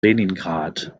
leningrad